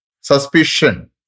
Suspicion